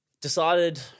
decided